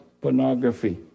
pornography